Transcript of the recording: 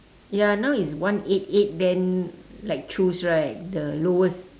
ya now is one eight eight then like choose right the lowest